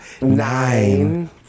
Nine